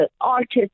artists